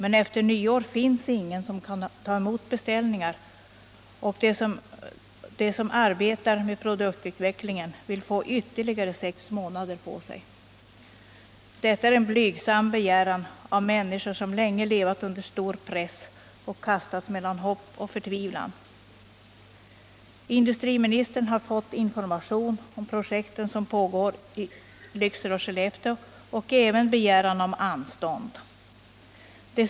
Efter nyår finns ingen som kan ta emot beställningar, och de som arbetar med produktionsutvecklingen vill få ytterligare sex månader på sig. Detta är en blygsam begäran av människor som länge levat under stor press och kastats mellan hopp och förtvivlan. Industriministern har fått information om projekten som pågår i Lycksele och Skellefteå och även begäran om anstånd.